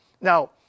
Now